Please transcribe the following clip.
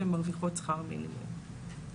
והן מרוויחות שכר מינימום.